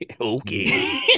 okay